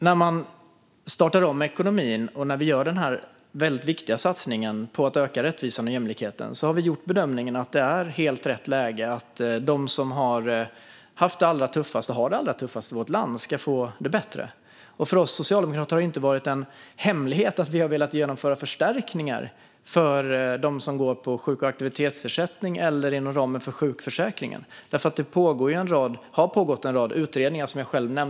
När vi startar om ekonomin och gör denna väldigt viktiga satsning på att öka rättvisan och jämlikheten har vi gjort bedömningen att det är helt rätt läge att de som har och har haft det allra tuffast i vårt land ska få det bättre. Det har inte varit någon hemlighet att vi socialdemokrater har velat genomföra förstärkningar för dem som går på sjuk och aktivitetsersättning eller ersättning inom ramen för sjukförsäkringen. Som jag själv nämnde i mitt anförande har det ju pågått en rad utredningar.